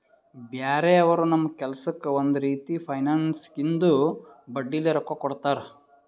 ಬ್ಯಾರೆ ಅವರು ನಮ್ ಕೆಲ್ಸಕ್ಕ್ ಒಂದ್ ರೀತಿ ಫೈನಾನ್ಸ್ದಾಗಿಂದು ಬಡ್ಡಿಲೇ ರೊಕ್ಕಾ ಕೊಡ್ತಾರ್